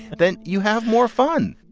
then you have more fun.